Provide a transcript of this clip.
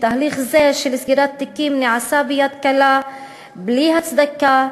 שתהליך זה של סגירת תיקים נעשה ביד קלה בלי הצדקה,